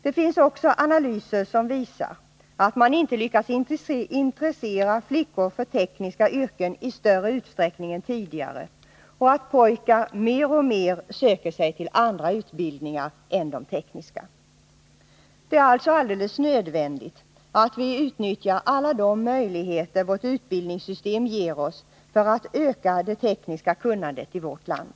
Det finns också analyser som visar att man inte lyckats intressera flickor för tekniska yrken i större utsträckning än tidigare och att pojkar mer och mer söker sig till andra utbildningar än de tekniska. Det är alltså alldeles nödvändigt att vi utnyttjar alla de möjligheter vårt utbildningssystem ger för att öka det tekniska kunnandet i vårt land.